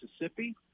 Mississippi